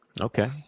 okay